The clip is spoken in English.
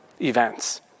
events